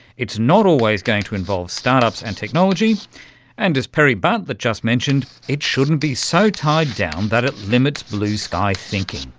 it's not always going to involve start-ups and technology and, as perry bartlett just mentioned, it shouldn't be so tied down that it limits blue-sky thinking.